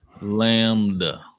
Lambda